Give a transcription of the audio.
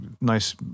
nice